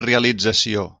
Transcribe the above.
realització